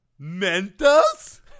mentos